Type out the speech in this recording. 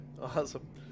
awesome